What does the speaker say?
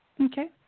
Okay